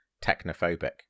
technophobic